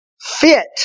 fit